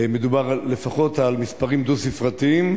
מדובר על לפחות מספרים דו-ספרתיים,